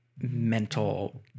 mental